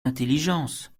l’intelligence